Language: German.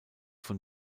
von